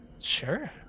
Sure